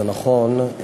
זה נכון,